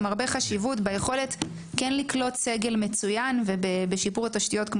חשיבות רבה ליכולת לקלוט סגל מצוין ובשיפור התשתיות.